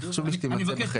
חשוב לי שתימצא בחדר.